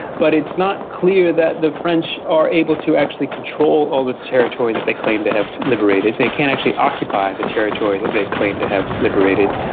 but it's not clear that the french are able to actually actually control all the territory that they claim to have liberated. they can't actually occupy the territory that they claim to have liberated.